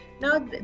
Now